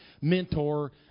mentor